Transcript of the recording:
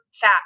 fat